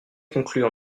conclure